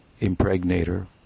impregnator